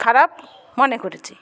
খারাপ মনে করি